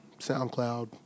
SoundCloud